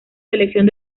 selección